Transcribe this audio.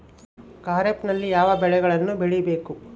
ಖಾರೇಫ್ ನಲ್ಲಿ ಯಾವ ಬೆಳೆಗಳನ್ನು ಬೆಳಿಬೇಕು?